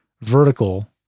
vertical